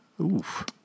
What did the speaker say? Oof